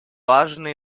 важный